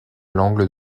l’angle